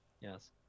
yes